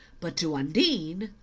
but to undine,